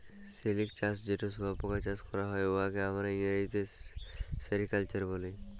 সিলিক চাষ যেট শুঁয়াপকা চাষ ক্যরা হ্যয়, উয়াকে আমরা ইংরেজিতে সেরিকালচার ব্যলি